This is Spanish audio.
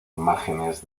imágenes